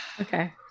Okay